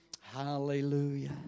Hallelujah